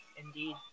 indeed